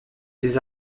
des